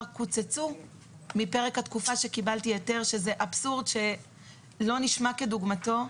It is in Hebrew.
קוצצו מהתקופה שקיבלתי היתר שזה אבסורד שלא נשמע כדוגמתו.